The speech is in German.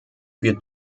wir